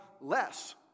less